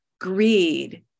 greed